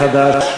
רזרבה,